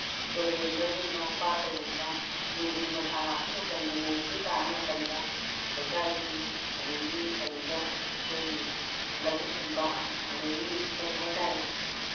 ꯇꯣꯔꯦꯜꯗꯒꯨꯝꯕ ꯄꯥꯠꯇꯒꯨꯝꯕ ꯅꯣꯡꯖꯨ ꯄꯟꯊꯥ ꯂꯥꯛꯄ ꯃꯇꯝꯗ ꯅꯣꯡꯁꯤꯡ ꯇꯥꯔꯛ ꯃꯇꯝꯗ ꯂꯩꯀꯥꯏꯒꯤ ꯑꯗꯒꯤ ꯀꯩꯅꯣꯗ ꯑꯩꯈꯣꯏꯒꯤ ꯂꯧꯕꯨꯛ ꯀꯨꯝꯕ ꯑꯗꯒꯤ ꯀꯔꯤ ꯍꯥꯏ ꯇꯥꯔꯦ